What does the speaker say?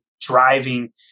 driving